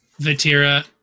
Vatira